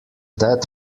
that